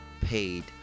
paid